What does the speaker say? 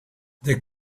they